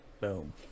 Boom